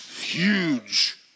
huge